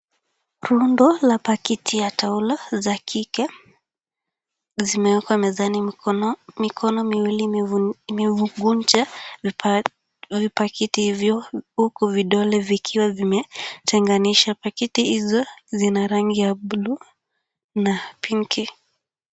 Rundo la pakiti ya taulo za kike zimeekwa mezani. Mikono miwili imeguza vipakiti hivyo huku vidole vikiwa vimetenganisha. Pakiti hizo zina rangi ya buluu na pinki .